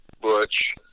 Butch